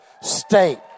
state